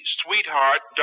sweetheart